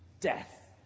death